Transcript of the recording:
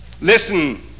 Listen